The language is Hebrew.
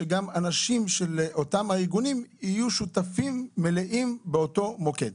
שגם אנשים של אותם הארגונים יהיו שותפים מלאים באותו מוקד.